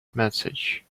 message